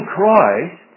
Christ